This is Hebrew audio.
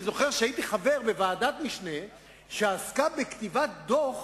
אני זוכר שהייתי חבר בוועדת משנה שעסקה בכתיבת דוח